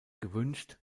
gewünscht